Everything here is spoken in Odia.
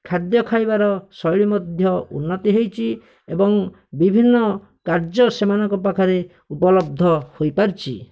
ଖାଦ୍ୟ ଖାଇବାର ଶୈଳୀ ମଧ୍ୟ ଉନ୍ନତି ହୋଇଛି ଏବଂ ବିଭିନ୍ନ କାର୍ଯ୍ୟ ସେମାନଙ୍କ ପାଖରେ ଉପଲବ୍ଧ ହୋଇପାରିଛି